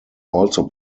also